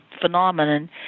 phenomenon